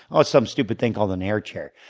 oh, it's some stupid thing called an air chair.